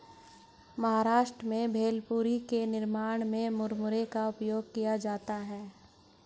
महाराष्ट्र में भेलपुरी के निर्माण में मुरमुरे का उपयोग किया जाता है